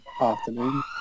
afternoon